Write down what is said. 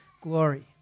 glory